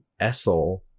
essel